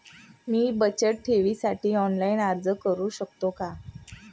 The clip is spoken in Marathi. मी बचत ठेवीसाठी ऑनलाइन अर्ज करू शकतो का?